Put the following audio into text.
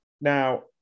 Now